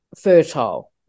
fertile